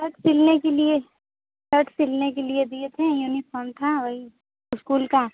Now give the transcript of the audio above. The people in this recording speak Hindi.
पर सिलने के लिए पर सिलने के लिए दिए थे यूनिफार्म था वही स्कूल का